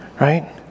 Right